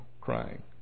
crying